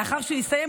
לאחר שיסיים,